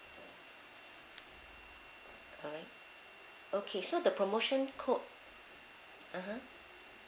alright okay so the promotion code (uh huh)